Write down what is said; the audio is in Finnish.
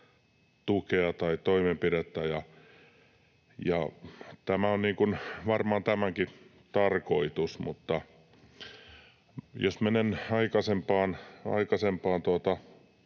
tukea tai toimenpidettä, ja tämä on varmaan tämänkin tarkoitus. Mutta jos mennään